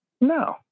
No